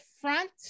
front